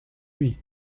lui